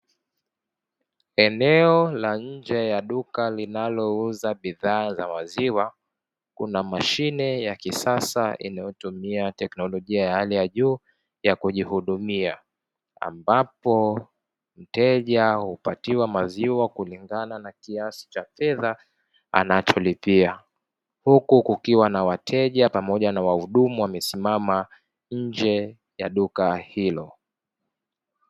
Eneo la nje ya duka linalouza bidhaa za maziwa Kuna mashine ya kisasa inayotumia teknolojia ya hali ya juu ya kujihudumia, ambapo mteja hupatiwa maziwa kulingana na kiasi Cha fedha anacholipia. Huku kukiwa na wateja pamoja na wahudumu wamesima nje ya duka hilo.